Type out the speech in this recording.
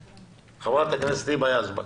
חברת הכנסת היבה יזבק.